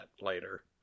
later